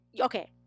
Okay